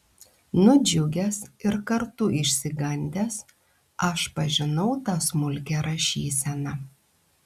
nudžiugęs ir kartu išsigandęs aš pažinau tą smulkią rašyseną